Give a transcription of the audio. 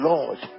Lord